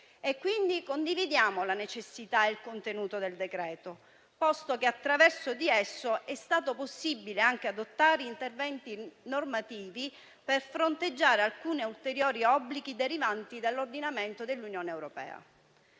vita. Condividiamo dunque la necessità e il contenuto del decreto, posto che attraverso di esso è stato possibile anche adottare interventi normativi per fronteggiare alcuni ulteriori obblighi derivanti dall'ordinamento dell'Unione europea.